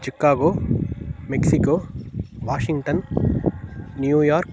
Chicago Mexico Washington New York